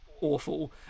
awful